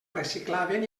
reciclaven